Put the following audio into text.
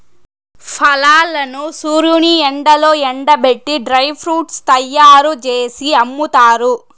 ఫలాలను సూర్యుని ఎండలో ఎండబెట్టి డ్రై ఫ్రూట్స్ తయ్యారు జేసి అమ్ముతారు